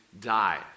Die